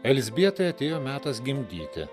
elzbiteai atėjo metas gimdyti